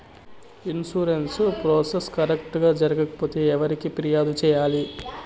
insurance process correct గా జరగకపోతే ఎవరికి ఫిర్యాదు సేయాలి